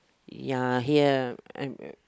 ya here